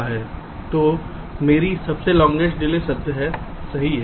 तो मेरी सबसे लांगेस्ट डिले सत्य है सबसे लांगेस्ट डिले सत्य है सही है